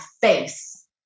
face